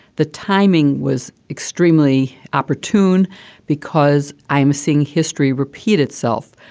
the timing was extremely opportune because i'm seeing history repeat itself.